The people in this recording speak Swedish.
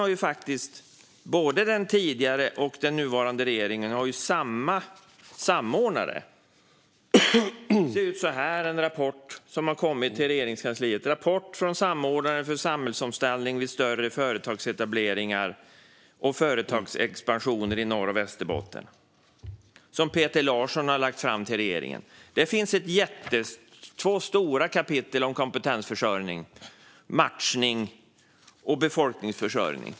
Den tidigare och den nuvarande regeringen har faktiskt samma samordnare. Jag har här en rapport som har lämnats in till Regeringskansliet, Rapport från samordnaren för samhällsomställning vid större företags etableringar och företagsexpansioner i Norrbotten och Västerbotten . Den har Peter Larsson lagt fram för regeringen. I rapporten finns det två stora kapitel om kompetensförsörjning, matchning och befolkningsförsörjning.